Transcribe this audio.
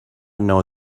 know